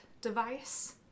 device